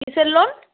কীসের লোন